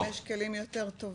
אבל שם היום יש כלים יותר טובים,